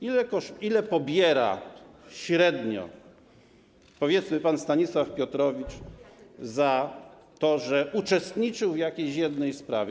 Ile pobiera średnio, powiedzmy, pan Stanisław Piotrowicz za to, że uczestniczył w jakiejś jednej sprawie?